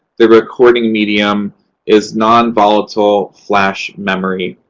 the recording medium is nonvolatile flash memory.